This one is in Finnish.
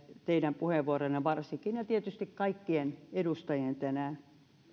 teidän puheenvuoronne varsinkin olivat tosi tärkeitä ja tietysti kaikkien edustajien tänään